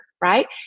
right